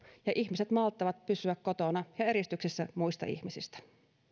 ja ihmiset malttavat pysyä kotona ja eristyksissä muista ihmisistä